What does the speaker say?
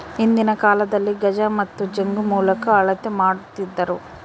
ಹಿಂದಿನ ಕಾಲದಲ್ಲಿ ಗಜ ಮತ್ತು ಜಂಗು ಮೂಲಕ ಅಳತೆ ಮಾಡ್ತಿದ್ದರು